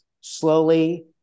slowly